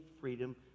freedom